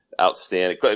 outstanding